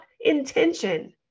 intention